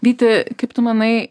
vyti kaip tu manai